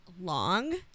long